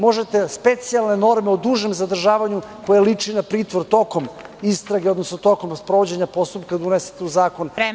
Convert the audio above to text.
Možete specijalne norme o dužem zadržavanju koje liči na pritvor tokom istrage odnosno tokom sprovođenja postupka da unesete u zakon.